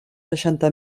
seixanta